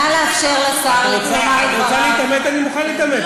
נא לאפשר לשר לומר את דבריו.